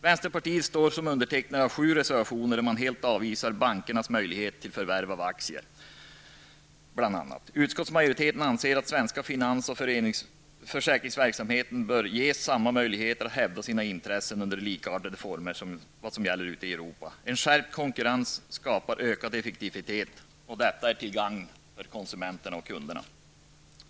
reservationer, där man helt avvisar bl.a. bankers möjlighet till förvärv av aktier. Utskottsmajoriteten anser att svensk finans och försäkringsverksamhet bör ges samma möjlighet att hävda sina intressen under likartade former som gäller ute i Europa. En skärpt konkurrens skapar ökad effektivitet, och detta är till gagn för kunderna, konsumenterna.